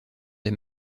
des